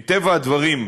מטבע הדברים,